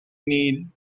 need